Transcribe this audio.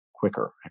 Quicker